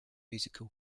musical